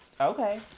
okay